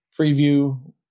preview